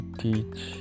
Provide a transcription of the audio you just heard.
teach